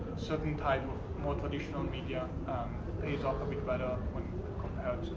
certain title, more traditional media pays off a bit better when compared